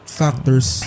factors